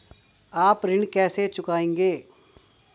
आप ऋण कैसे चुकाएंगे?